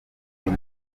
uyu